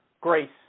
grace